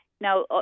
Now